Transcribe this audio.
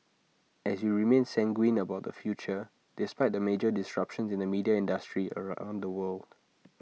as we remain sanguine about our future despite the major disruptions in the media industry A around the world